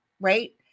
right